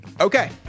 Okay